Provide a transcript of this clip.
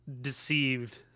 deceived